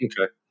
Okay